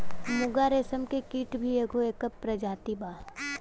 मूंगा रेशम के कीट भी एगो एकर प्रजाति बा